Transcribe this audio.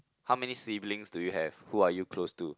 how many siblings do you have who are you close to